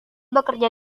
bekerja